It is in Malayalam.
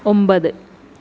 ഒമ്പത്